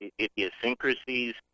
idiosyncrasies